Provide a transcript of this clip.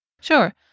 Sure